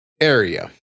area